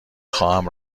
خواهم